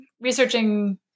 researching